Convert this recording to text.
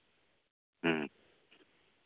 ᱦᱮᱸ